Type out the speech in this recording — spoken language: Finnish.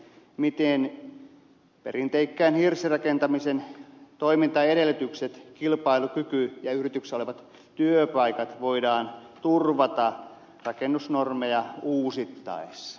miten perinteikkään hirsirakentamisen toimintaedellytykset kilpailukyky ja yrityksissä olevat työpaikat voidaan turvata rakennusnormeja uusittaessa